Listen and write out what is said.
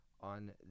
on